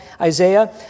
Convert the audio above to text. Isaiah